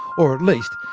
or at least,